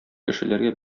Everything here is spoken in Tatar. кешеләргә